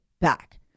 back